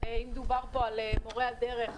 אם דובר פה על מורי הדרך,